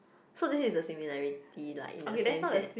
so this is the similarity lah in a sense that